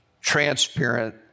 transparent